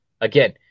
Again